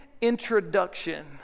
introduction